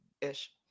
ish